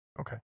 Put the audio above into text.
Okay